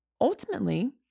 Ultimately